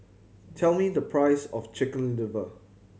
tell me the price of Chicken Liver